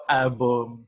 album